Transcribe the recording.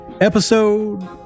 episode